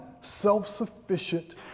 self-sufficient